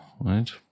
right